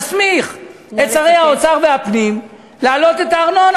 תסמיך את שרי האוצר והפנים להעלות את הארנונה,